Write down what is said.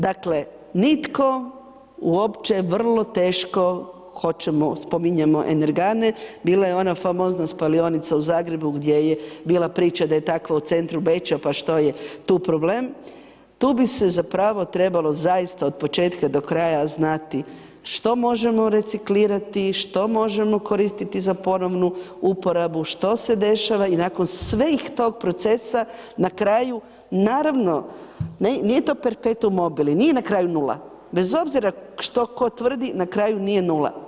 Dakle, nitko uopće vrlo teško hoćemo, spominjemo energane, bila je ona famozna spalionica u Zagrebu gdje je bila priča da je takva u centru veća pa što je tu problem, tu bi se zapravo trebalo zaista od početa do kraja znati, što možemo reciklirati, što možemo koristiti za ponovnu uporabu, što se dešava i nakon sve ih iz tog procesa, na kraju naravno, nije to perpetuum mobile, nije na kraju nula, bez obzora što tko tvrdi, na kraju nije nula.